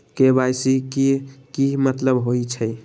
KYC के कि मतलब होइछइ?